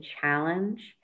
challenge